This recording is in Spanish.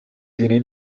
tiene